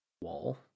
wall